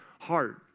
heart